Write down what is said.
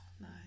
no